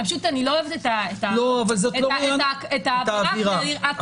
אני לא אוהבת את האווירה הכללית.